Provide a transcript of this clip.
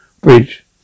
Bridge